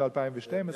ו-2012,